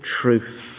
truth